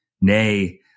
Nay